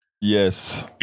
Yes